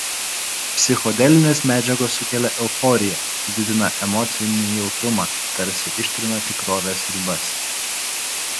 psichodelinės medžiagos sukelia euforiją didina emocinį jautrumą tarsi ištrina tikrovės ribas